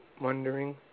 wondering